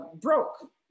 broke